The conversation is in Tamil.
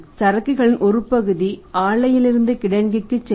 சரக்குகளின் ஒருபகுதி ஆலையிலிருந்து கிடங்கிற்கு செல்லும்